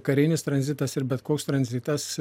karinis tranzitas ir bet koks tranzitas